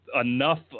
enough